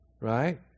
Right